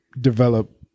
develop